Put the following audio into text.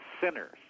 sinners